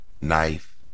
knife